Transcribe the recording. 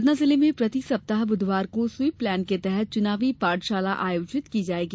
सतना जिले में प्रति सप्ताह बुधवार को स्वीप प्लान के तहत चुनावी पाठशाला आयोजित की जायेगी